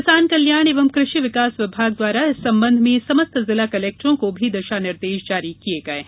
किसान कल्याण एवं कृषि विकास विभाग द्वारा इस संबंध में समस्त जिला कलेक्टरों को भी दिशा निर्देश जारी किये गये हैं